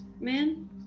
man